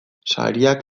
sariak